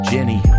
Jenny